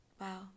wow